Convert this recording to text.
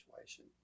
situation